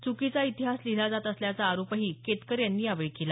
चुकीचा इतिहास लिहिला जात असल्याचा आरोपही केतकर यांनी यावेळी केला